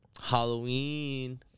Halloween